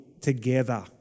together